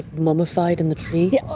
mummified in the tree?